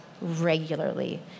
regularly